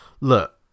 look